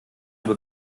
über